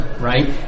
right